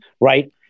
right